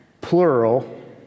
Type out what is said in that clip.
plural